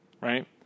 right